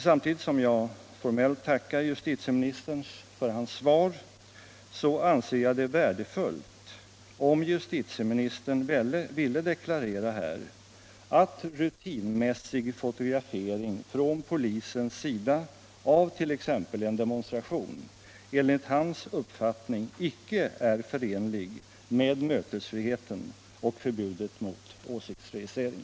Samtidigt som jag formellt tackar justitieministern för hans svar vill jag säga att jag anser det värdefullt om justitieministern ville deklarera här att rutinmässig fotografering från polisens sida av t.ex. en demonstration enligt hans uppfattning inte är förenlig med mötesfriheten och förbudet mot åsiktsregistrering.